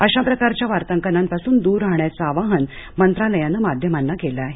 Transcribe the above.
अशा प्रकारच्या वार्तांकनांपासून दूर राहण्याचं आवाहन मंत्रालयानं माध्यमांना केलं आहे